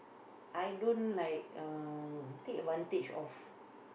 I don't like uh take advantage of